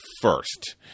first